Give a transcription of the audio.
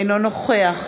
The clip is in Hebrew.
אינו נוכח